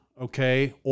okay